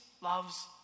loves